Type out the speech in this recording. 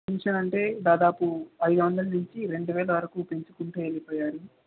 pension అంటే దాదాపు ఐదు వందల నుంచి రెండు వేలు పెంచుకుంటా వెళ్ళిపోయారు